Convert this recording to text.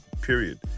Period